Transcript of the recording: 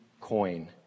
coin